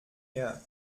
her